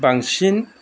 बांसिन